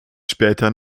später